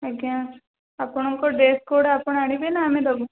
ଆଜ୍ଞା ଆପଣଙ୍କ dress code ଆପଣ ଆଣିବେ ନାଁ ଆମେ ଦେବୁ